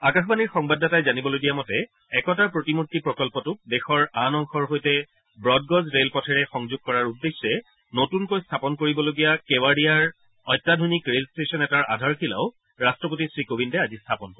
আকাশবাণীৰ সংবাদদাতাই জানিবলৈ দিয়া মতে একতাৰ প্ৰতিমূৰ্তি প্ৰকল্পটোক দেশৰ আন অংশৰ সৈতে ৱডগজ ৰেলপথেৰে সংযোগ কৰাৰ উদ্দেশ্যে নতুনকৈ স্থাপন কৰিবলগীয়া কেৱাড়িয়াৰ অত্যাধুনিক ৰেল ষ্টেচন এটাৰ আধাৰশিলাও ৰাট্টপতি শ্ৰীকোবিন্দে আজি স্থাপন কৰিব